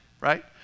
Right